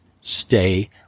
stay